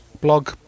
blog